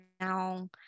now